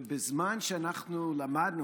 בזמן שאנחנו למדנו,